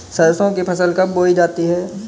सरसों की फसल कब बोई जाती है?